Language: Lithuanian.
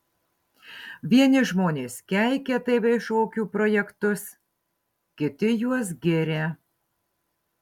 vieni žmonės keikia tv šokių projektus kiti juos giria